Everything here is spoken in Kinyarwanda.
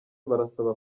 barasaba